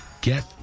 get